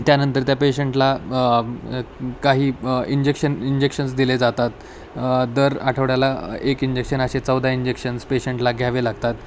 त्यानंतर त्या पेशंटला काही इंजेक्शन इंजेक्शन्स दिले जातात दर आठवड्याला एक इंजेक्शन असे चौदा इंजेक्शन्स पेशंटला घ्यावे लागतात